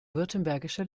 württembergische